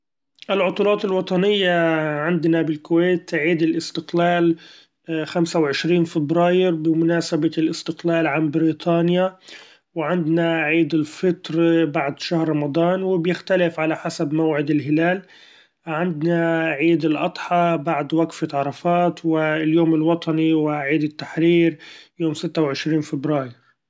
العطلات الوطنية عندنا بالكويت عيد الاستقلال خمسة وعشرين فبرأير بمناسبة الاستقلال عن بريطإنيا ،وعندنا عيد الفطر بعد شهر رمضإن وبيختلف علي حسب موعد الهلال ،عندنا عيد الأضحى بعد وقفة عرفات ،واليوم الوطني وعيد التحرير يوم ستة وعشرين فبراير.